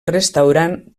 restaurant